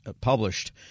published